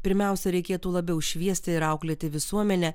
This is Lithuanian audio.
pirmiausia reikėtų labiau šviesti ir auklėti visuomenę